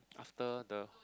after the